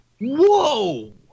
Whoa